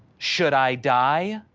should i die?